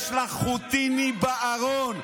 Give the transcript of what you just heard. יש לך חוטיני בארון.